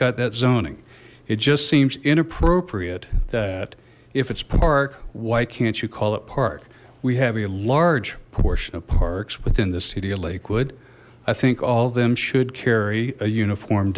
got that zoning it just seems inappropriate that if it's park why can't you call it park we have a large portion of parks within the city of lakewood i think all them should carry a uniform